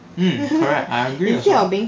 mm correct I agree ah